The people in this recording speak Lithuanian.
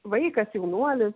vaikas jaunuolis